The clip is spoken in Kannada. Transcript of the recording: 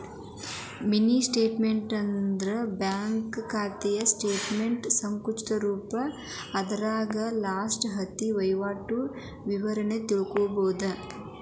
ಮಿನಿ ಸ್ಟೇಟ್ಮೆಂಟ್ ಅಂದ್ರ ಬ್ಯಾಂಕ್ ಖಾತೆ ಸ್ಟೇಟಮೆಂಟ್ನ ಸಂಕುಚಿತ ರೂಪ ಅದರಾಗ ಲಾಸ್ಟ ಹತ್ತ ವಹಿವಾಟಿನ ವಿವರ ತಿಳ್ಕೋಬೋದು